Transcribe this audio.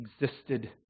existed